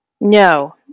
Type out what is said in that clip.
No